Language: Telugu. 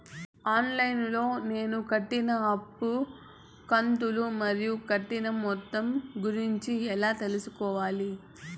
ఆన్ లైను లో నేను కట్టిన అప్పు కంతులు మరియు కట్టిన మొత్తం గురించి ఎలా తెలుసుకోవాలి?